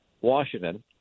Washington